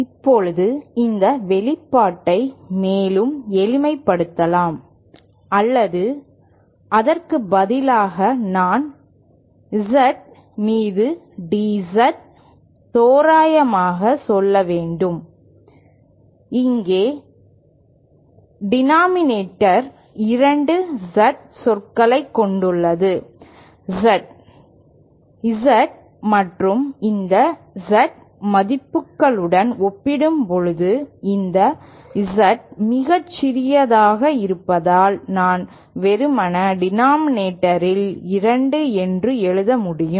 இப்போது இந்த வெளிப்பாட்டை மேலும் எளிமைப்படுத்தலாம் அல்லது அதற்கு பதிலாக நான் Z மீது DZ தோராயமாக சொல்ல வேண்டும் இங்கே டினோமினேட்டர் இரண்டு Z சொற்களைக் கொண்டுள்ளது Z Z மற்றும் இந்த Z மதிப்புகளுடன் ஒப்பிடும்போது இந்த Z மிகச் சிறியதாக இருப்பதால் நான் வெறுமனே டினோமினேட்டரில் இரண்டு என்று எழுத முடியும்